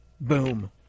boom